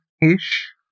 ish